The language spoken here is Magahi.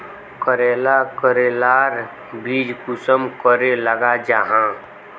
करेला करेलार बीज कुंसम करे लगा जाहा?